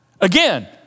Again